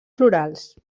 florals